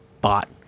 bought